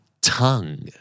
Tongue